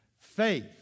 Faith